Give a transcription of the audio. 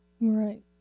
Right